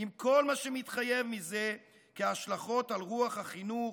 עם כל מה שמתחייב מזה, כהשלכות על רוח החינוך,